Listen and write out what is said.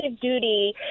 duty